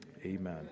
Amen